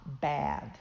bad